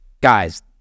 Guys